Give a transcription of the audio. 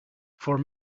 voor